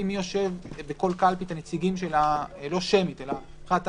באיזו קלפי ישובצו נציגי